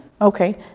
Okay